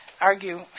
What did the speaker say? argue